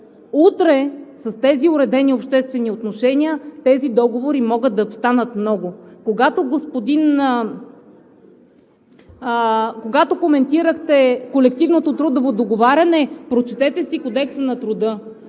утре с тези уредени обществени отношения тези договори могат да станат много. Коментирахте колективното трудово договаряне – прочетете си Кодекса на труда.